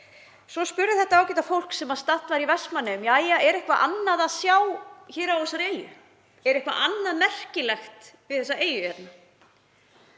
Svo spurði þetta ágæta fólk sem var statt í Vestmannaeyjum: Jæja, er eitthvað annað að sjá á þessari eyju? Er eitthvað annað merkilegt við þessa eyju?